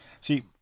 See